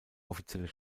offizielle